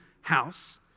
house